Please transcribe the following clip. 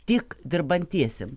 tik dirbantiesiem